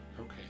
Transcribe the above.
Okay